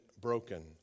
broken